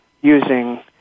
using